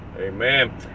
Amen